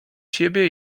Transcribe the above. siebie